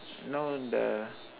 now the